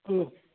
ꯎꯝ